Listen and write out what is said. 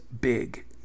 big